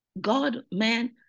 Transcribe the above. God-man